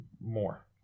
more